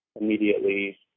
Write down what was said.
immediately